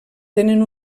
tenen